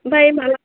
ओमफ्राय माब्ला